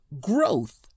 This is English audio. GROWTH